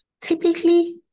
Typically